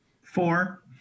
Four